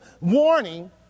warning